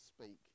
speak